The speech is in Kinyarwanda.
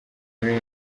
muri